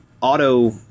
auto